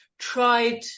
tried